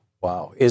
Wow